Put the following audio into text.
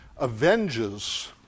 avenges